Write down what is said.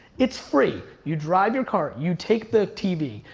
it's free. you drive your car, you take the tv.